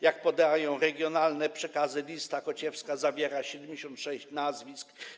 Jak podają regionalne przekazy, lista kociewska zawiera 76 nazwisk.